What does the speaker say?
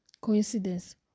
coincidence